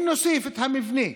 אם נוסיף את המבנה,